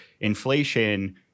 inflation